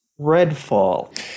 redfall